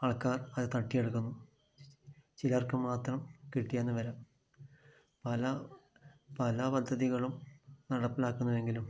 ആൾക്കാർ അത് തട്ടിയെടുക്കുന്നു ചിലർക്ക് മാത്രം കിട്ടിയെന്ന് വരാം പല പല പദ്ധതികളും നടപ്പിലാക്കുന്നു എങ്കിലും